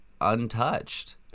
untouched